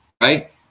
right